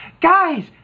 Guys